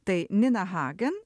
tai nina hagen